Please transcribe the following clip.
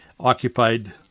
occupied